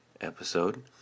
episode